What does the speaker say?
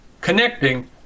connecting